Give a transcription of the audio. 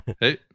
Hey